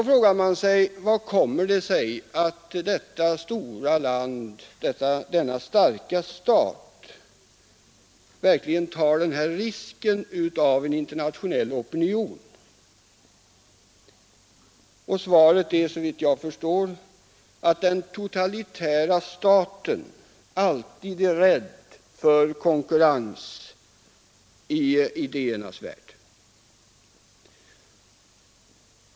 Hur kommer det sig att denna stora och starka stat tar risken av att få en internationell opinion riktad mot sig? Svaret är såvitt jag förstår att den totalitära staten alltid fruktar konkurrens i idéernas värld.